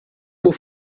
por